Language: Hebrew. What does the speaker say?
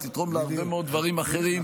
היא תתרום להרבה מאוד דברים אחרים מול,